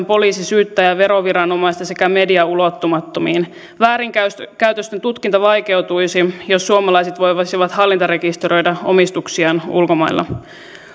poliisin syyttäjän veroviranomaisten sekä median ulottumattomiin väärinkäytösten tutkinta vaikeutuisi jos suomalaiset voisivat hallintarekisteröidä omistuksiaan ulkomailla